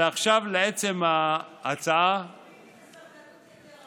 ועכשיו לעצם ההצעה, חיכיתי בסבלנות יתרה.